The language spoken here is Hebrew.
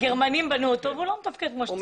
הגרמנים בנו אותו והוא לא מתפקד כמו שצריך.